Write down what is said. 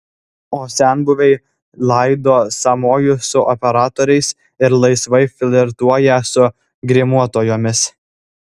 o senbuviai laido sąmojus su operatoriais ir laisvai flirtuoja su grimuotojomis